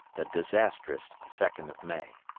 the disastrous second of may.